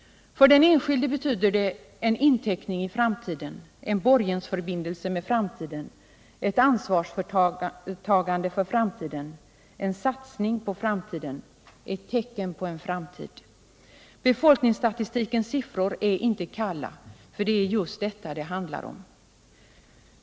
För den enskilde betyder det en inteckning i framtiden, en borgensförbindelse med framtiden, ett ansvarstagande för framtiden, en satsning på framtiden, ett tecken på en framtid. Befolkningsstatistikens siffror är inte kalla, för det är detta det handlar om.